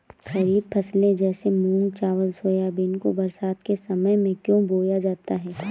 खरीफ फसले जैसे मूंग चावल सोयाबीन को बरसात के समय में क्यो बोया जाता है?